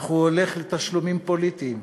אך הוא הולך לתשלומים פוליטיים.